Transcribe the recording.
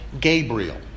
Gabriel